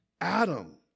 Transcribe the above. Adam